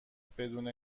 بدون